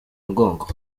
umugongo